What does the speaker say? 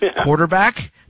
quarterback